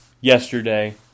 Yesterday